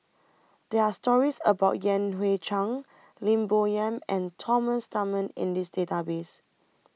There Are stories about Yan Hui Chang Lim Bo Yam and Thomas Dunman in The Database